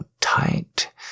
tight